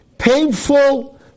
painful